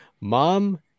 mom